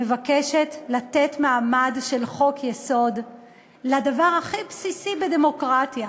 מבקשת לתת מעמד של חוק-יסוד לדבר הכי בסיסי בדמוקרטיה: